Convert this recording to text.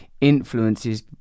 influences